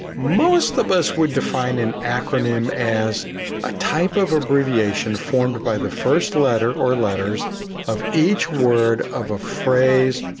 most of us would define an acronym as a type of abbreviation formed by the first letter or letters of each word of a phrase,